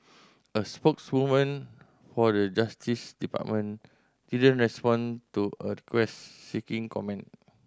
a spokeswoman for the Justice Department didn't respond to a quest seeking comment